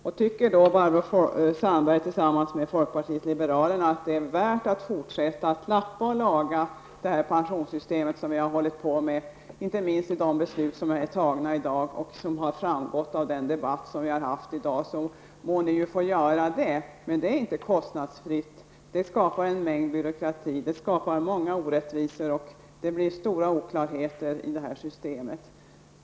Om Barbro Sandberg och övriga i folkpartiet liberalerna tycker att det är värt att fortsätta med att lappa och laga det pensionssystem som vi har arbetat med -- jag tänker då inte minst på de beslut som vi har fattat i dag och på det som har framhållits i dagens debatt -- må ni få göra det. Men det här aktuella systemet är inte kostnadsfritt. Det innebär att det blir en hel del byråkrati. Vidare innebär det många orättvisor och stora oklarheter.